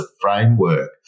framework